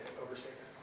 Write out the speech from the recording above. overstatement